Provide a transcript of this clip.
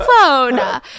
phone